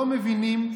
לא מבינים.